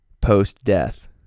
post-death